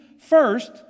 First